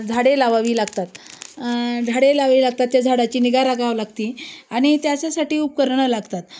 झाडे लावावी लागतात झाडे लावावे लागतात त्या झाडाची निगा राखावी लागती आणि त्याच्यासाठी उपकरणं लागतात